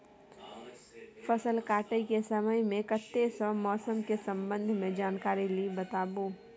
फसल काटय के समय मे कत्ते सॅ मौसम के संबंध मे जानकारी ली बताबू?